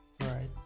Right